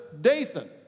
Dathan